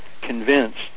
convinced